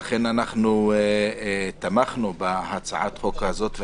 ולכן תמכנו בהצעת החוק הזאת,